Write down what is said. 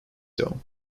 dome